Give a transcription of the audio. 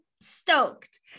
stoked